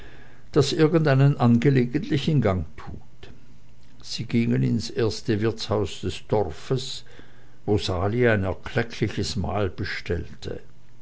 das irgendeinen angelegentlichen gang tut sie gingen ins erste wirtshaus des dorfes wo sali ein erkleckliches mahl bestellte